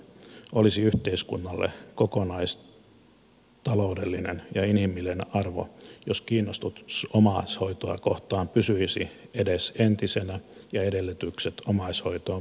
olisi yhteiskunnalle kokonaistaloudellinen ja inhimillinen arvo jos kiinnostus omaishoitoa kohtaan pysyisi edes entisenä ja edellytykset omaishoitoon paranisivat